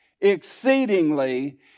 exceedingly